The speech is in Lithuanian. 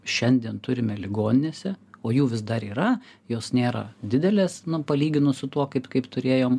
šiandien turime ligoninėse o jų vis dar yra jos nėra didelės palyginus su tuo kaip kaip turėjom